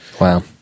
Wow